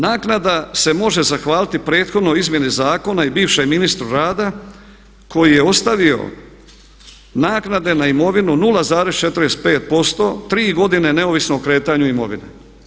Naknada se može zahvaliti prethodnoj izmjeni zakona i bivšem ministru rada koji je ostavio naknade na imovinu 0,45%, 3 godine neovisno o kretanju imovine.